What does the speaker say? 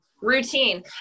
Routine